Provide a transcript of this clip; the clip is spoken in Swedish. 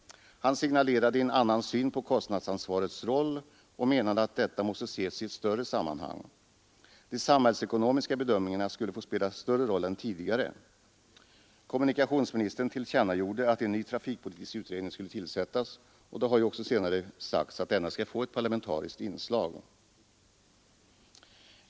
Han signalerade en annan syn på kostnadsansvarets roll och menade att detta måste ses i ett större sammanhang. De samhällsekonomiska bedömningarna skulle få spela större roll än tidigare. Kommunikationsministern tillkännagav att en ny trafikpolitisk utredning skulle tillsättas, och det har ju senare också sagts att denna skall få ett parlamentariskt inslag.